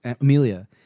Amelia